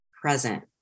present